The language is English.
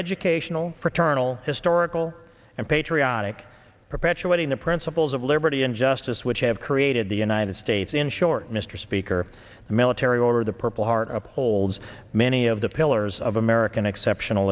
educational return all historical and patriotic perpetuating the principles of liberty and justice which have created the united states in short mr speaker the military over the purple heart upholds many of the pillars of american exceptional